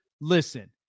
listen